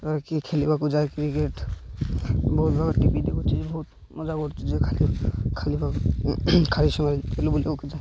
କିଏ ଖେଲିବାକୁ ଯାଏ କ୍ରିକେଟ ବହୁତ ପ୍ରକାର ଟିଭି ଦେଖୁଛି ଯେ ବହୁତ ମଜା କରୁଛି ଯେ ଖାଲି ଖାଲିବାକୁ ଖାଲି ସମୟରେ ଖେଳୁ ବୁଲିବାକୁ ଯାଏ